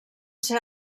ser